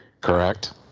Correct